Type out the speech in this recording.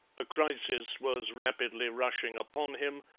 a crisis was rapidly rushing upon him,